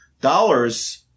dollars